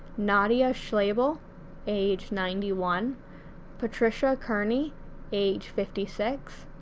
nadia schaible age ninety one patricia kearney age fifty six,